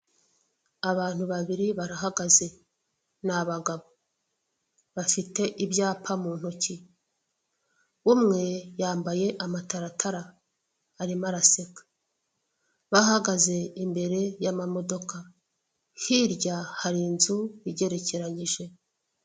Abantu babiri barahagaze. Ni abagabo. Bafite ibyapa mu ntoki. Umwe yambaye amataratara, arimo araseka. Bahagaze imbere y'amamodoka. Hirya hari inzu igerekeranyije.